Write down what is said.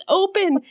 open